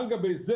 על גבי זה,